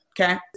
Okay